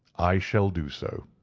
i shall do so.